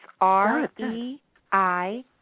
R-E-I